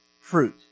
fruit